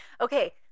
Okay